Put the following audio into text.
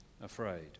afraid